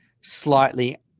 slightly